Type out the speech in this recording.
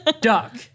duck